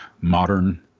modern